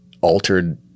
altered